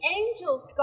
angels